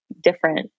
different